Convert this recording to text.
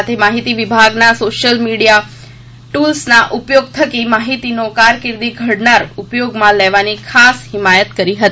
સાથે માહિતી વિભાગના સોશિયલ મિડીયા ટુલ્સના ઉપયોગ થકી માહિતીનો કારકિર્દી ઘડતરના ઉપયોગમાં લેવાની ખાસ હિમાયત કરી હતી